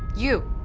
you!